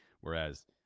whereas